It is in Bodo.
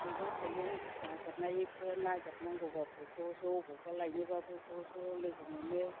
मैगं थाइगं नागिरनायबो नागिरनांगौबाबो ज' ज' बबावबा लायनोबा ज' ज' लोगो मोनो